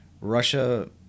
Russia